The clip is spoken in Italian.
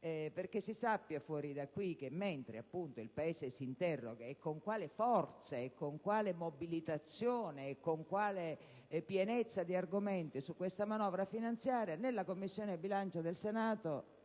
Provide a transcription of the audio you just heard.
che mentre il Paese si interroga - e con quale forza, con quale mobilitazione, con quale pienezza di argomenti! - su questa manovra finanziaria, nella Commissione bilancio del Senato